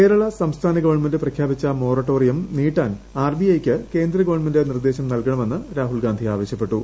കേരളാ സംസ്ഥാന ഗവണ്മെന്റ് പ്രഖ്യാപിച്ച മോറട്ടോറിയം നീട്ടാൻ ആർബിഐക്ക് കേന്ദ്ര ഗവണ്മെന്റ് നിർദ്ദേശം നൽകണമെന്ന് രാഹുൽഗാന്ധി ആവശ്യപ്പെട്ടു